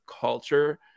culture